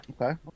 Okay